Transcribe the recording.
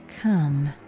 Come